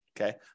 Okay